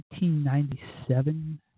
1997